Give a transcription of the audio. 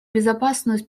безопасную